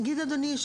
אדוני,